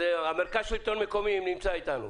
המרכז לשלטון מקומי, מי נמצא איתנו?